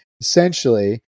Essentially